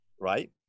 right